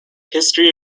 history